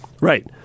Right